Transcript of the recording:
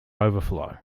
overflow